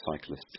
cyclists